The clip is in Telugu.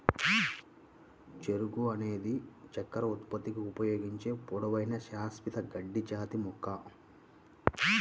చెరకు అనేది చక్కెర ఉత్పత్తికి ఉపయోగించే పొడవైన, శాశ్వత గడ్డి జాతి మొక్క